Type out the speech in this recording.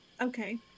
Okay